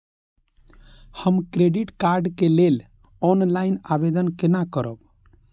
हम credit card के लेल ऑनलाइन आवेदन केना करब?